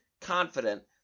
confident